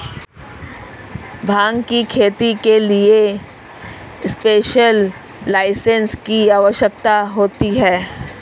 भांग की खेती के लिए स्पेशल लाइसेंस की आवश्यकता होती है